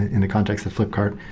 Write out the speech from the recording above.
in the context of flipkart.